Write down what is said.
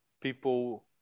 people